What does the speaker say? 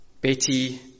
Betty